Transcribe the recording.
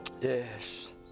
Yes